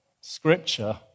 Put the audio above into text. Scripture